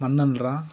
மண் அள்ளுறான்